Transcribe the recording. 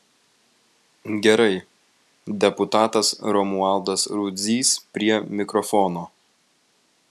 gerai deputatas romualdas rudzys prie mikrofono